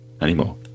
anymore